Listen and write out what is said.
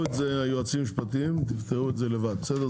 יועצים משפטיים, תפתרו את זה לבד, בסדר?